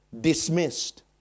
dismissed